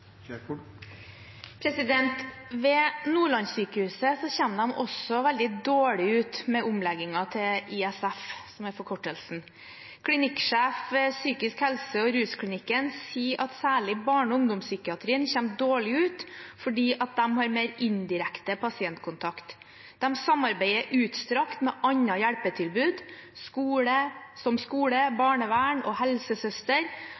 Ved Nordlandssykehuset kommer de også veldig dårlig ut med omleggingen til ISF, som er forkortelsen. Klinikksjef ved psykisk helse- og rusklinikken sier at særlig barne- og ungdomspsykiatrien kommer dårlig ut fordi de har mer indirekte pasientkontakt. De samarbeider utstrakt med annet hjelpetilbud som skole, barnevern og helsesøster, akkurat sånn som